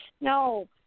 No